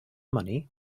money